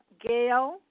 Gail